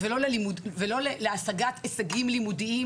ולא להשגת הישגים לימודיים,